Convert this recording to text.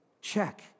check